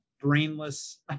brainless